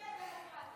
תודה.